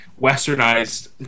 westernized